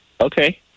Okay